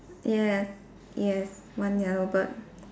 yes yes one yellow bird